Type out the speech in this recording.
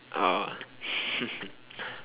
oh